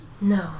No